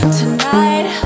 tonight